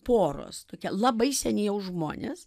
poros tokie labai seni žmonės